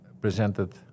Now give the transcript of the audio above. presented